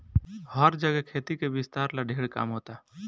हर जगे खेती के विस्तार ला ढेर काम होता